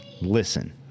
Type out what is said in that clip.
Listen